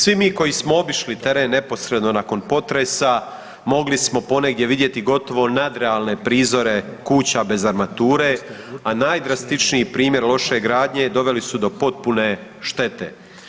Svi mi koji smo obišli teren neposredno nakon potresa mogli smo ponegdje vidjeti gotovo nadrealne prizore kuća bez armature, a najdramatičniji primjer loše gradnje doveli su do potpune štete.